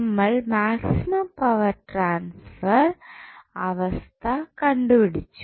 നമ്മൾ maximum power transfer അവസ്ഥ കണ്ടുപിടിച്ചു